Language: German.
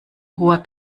hoher